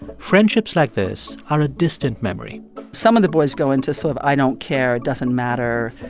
friendships like this are a distant memory some of the boys go into sort of, i don't care, it doesn't matter.